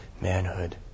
manhood